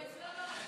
אבל אצלה,